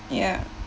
ya